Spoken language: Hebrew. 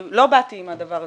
לא באתי עם הדבר הזה,